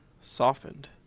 softened